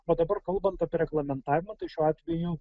o dabar kalbant apie reglamentavimą tai šiuo atveju